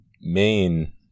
main